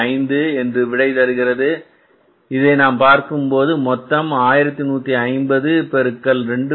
5 என்று விடை தருகிறது இதை நாம் பார்க்கும்போது மொத்தம் எவ்வளவு 1150 பெருக்கல் 2